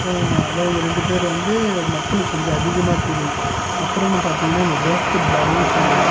அப்புறம் இதுதான் இவங்க ரெண்டு பேரும் வந்து மக்களுக்கு கொஞ்சம் அதிகமாக தெரியும் அப்பறம்னு பார்த்தீங்கன்னா இந்த பேஸ்கெட் பால்னு சொல்லுவாங்கள்